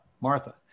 Martha